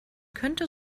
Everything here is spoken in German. könnte